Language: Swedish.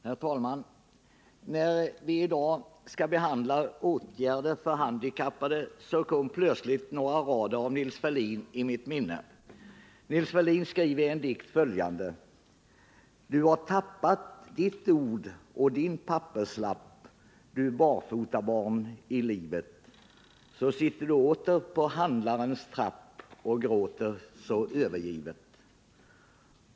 Herr talman! När vi i dag skall behandla frågan om åtgärder för handikappade kommer plötsligt några rader av Nils Ferlin i mitt minne: Du har tappat ditt ord och din papperslapp, du barfotabarn i livet. Så sitter du åter på handlarns trapp och gråter så övergivet.